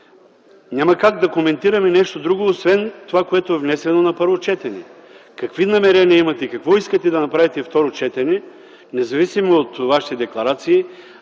Няма как да коментираме нещо друго освен това, което е внесено на първо четене. Какви намерения имате и какво искате да направите на второ четене, независимо от Вашите декларации,